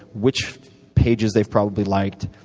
which pages they've probably liked,